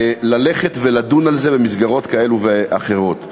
ללכת ולדון על זה במסגרות כאלו ואחרות.